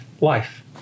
life